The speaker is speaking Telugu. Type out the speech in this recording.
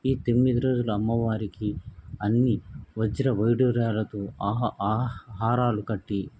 ఈ తొమ్మిది రోజులు అమ్మవారికి అన్నీ వజ్ర వైఢూర్యాలతో హా హారాలు కట్టి